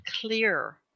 clear